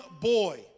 boy